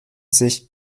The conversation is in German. sich